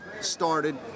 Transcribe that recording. started